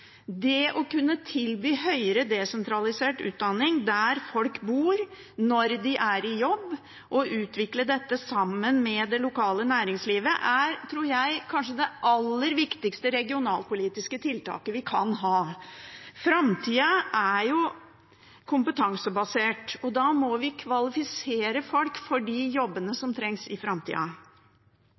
Det å kunne tilby høyere desentralisert utdanning der folk bor, når de er i jobb, og utvikle det sammen med det lokale næringslivet tror jeg kanskje er det aller viktigste regionalpolitiske tiltaket vi kan ha. Framtida er kompetansebasert, og da må vi kvalifisere folk for de jobbene som trengs i framtida.